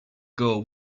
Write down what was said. girl